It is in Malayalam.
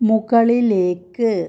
മുകളിലേക്ക്